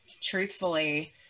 Truthfully